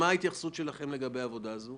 מה ההתייחסות שלכם לעבודה הזאת?